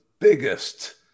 biggest